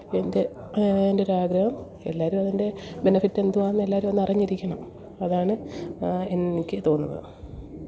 എന്റെ എൻ്റെ ഒരു ആഗ്രഹം എല്ലാവരും അതിന്റെ ബെനിഫിറ്റ് എന്തുവാണെന്ന് എല്ലാരും ഒന്നറിഞ്ഞിരിക്കണം അതാണ് എനിക്ക് തോന്നുന്നത്